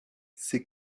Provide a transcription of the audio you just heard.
ces